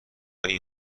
این